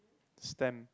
stamp